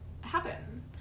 happen